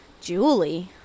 Julie